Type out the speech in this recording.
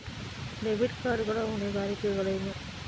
Debit card ಗಳ ಹೊಣೆಗಾರಿಕೆಗಳೇನು?